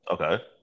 Okay